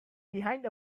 behind